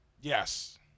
Yes